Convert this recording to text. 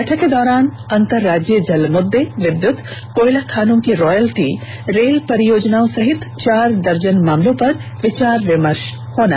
बैठक के दौरान अंतर्राज्यीय जल मुद्दे विद्युत कोयला खानों की रोयालटी रेल परियोजनाओं सहित चार दर्जन मामलों पर विचार विमर्ष होगा